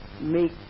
make